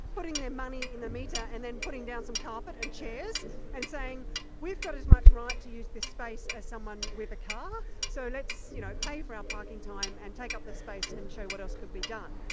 putting their money in the meter and then putting down some carpet and chairs and saying we've got as much right to use this space as someone with a car, so let's you know pay for our parking time and take up the space and show what else could be done.